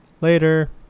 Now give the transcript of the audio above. Later